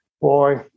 boy